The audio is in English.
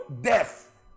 death